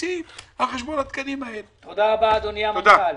תודה רבה, אדוני מנכ"ל.